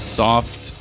soft